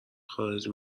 خارج